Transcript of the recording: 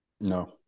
No